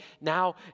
now